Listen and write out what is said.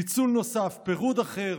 פיצול נוסף, פירוד אחר.